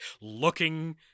looking